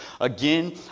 Again